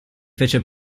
fece